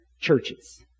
churches